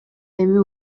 эми